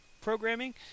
programming